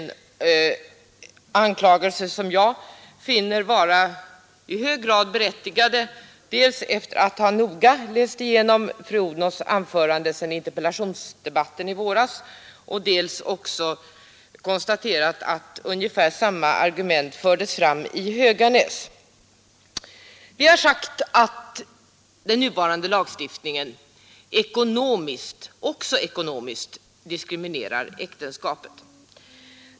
Det är anklagelser som jag finner vara i hög grad berättigade, dels efter att noga ha läst igenom fru Odhnoffs anförande vid interpellationsdebatten i våras, dels efter att ha konstaterat att ungefär samma argument fördes fram i Höganäs. Vi har sagt att den nuvarande lagstiftningen också ekonomiskt diskriminerar äktenskapet.